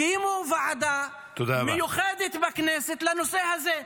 -- תקימו ועדה מיוחדת בכנסת לנושא הזה.